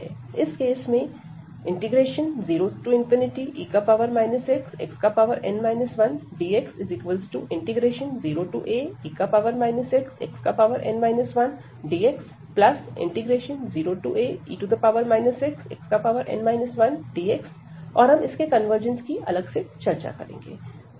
इस केस में 0e xxn 1dx0ae xxn 1dxae xxn 1dx और हम इसके कन्वर्जेंस की अलग से चर्चा करेंगे